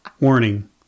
Warning